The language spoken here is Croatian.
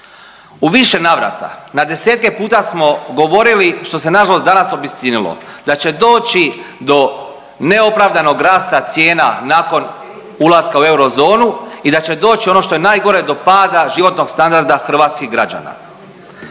U više navrata na desetke puta smo govorili što se nažalost danas obistinilo da će doći do neopravdanog rasta cijena nakon ulaska u eurozonu i da će doći ono što je najgore do pada životnog standarda hrvatskih građana.